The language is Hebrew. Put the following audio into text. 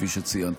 תנאי